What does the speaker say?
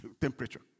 temperature